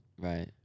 right